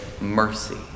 mercy